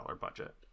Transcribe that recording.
budget